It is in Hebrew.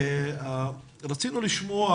רצינו לשמוע